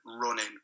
running